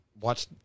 watch